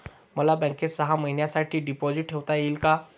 मला बँकेत सहा महिन्यांसाठी डिपॉझिट ठेवता येईल का?